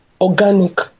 organic